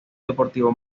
deportivo